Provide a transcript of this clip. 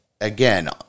again